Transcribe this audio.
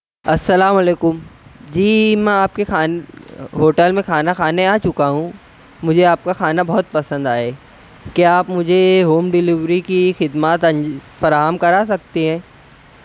السلام علیکم جی میں آپ کی خان ہوٹل میں کھانا کھانے آ چکا ہوں مجھے آپ کا کھانا بہت پسند آئے کیا آپ مجھے ہوم ڈلیوری کی خدمات فراہم کرا سکتے ہیں